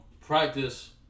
Practice